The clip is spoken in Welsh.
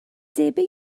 debyg